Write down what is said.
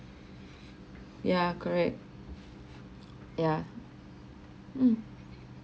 ya correct ya mm